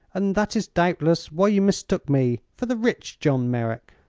and that is doubtless why you mistook me for the rich john merrick.